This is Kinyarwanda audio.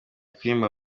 kuririmba